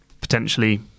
potentially